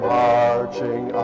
marching